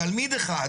תלמיד אחד